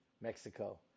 mexico